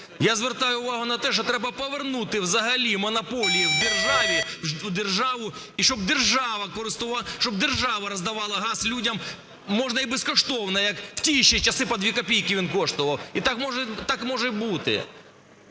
Я звертаю увагу на те, що треба повернути взагалі монополію в державу і щоб держава роздавала газ людям, можна і безкоштовно, як в ті ще часи він по 2 копійки коштував, і так може й бути.